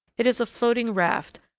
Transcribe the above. it is a floating raft,